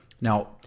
Now